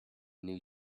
new